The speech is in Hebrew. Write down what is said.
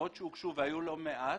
והיו לא מעט